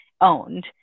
owned